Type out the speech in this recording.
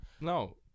No